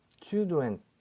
children